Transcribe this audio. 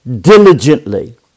diligently